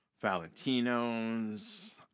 Valentino's